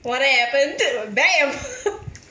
what happened then